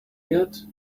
yet